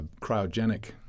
cryogenic